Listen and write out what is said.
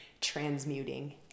transmuting